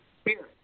spirit